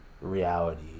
reality